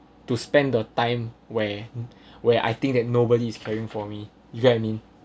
to spend the time where where I think that nobody is caring for me you get what I mean